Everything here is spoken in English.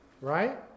Right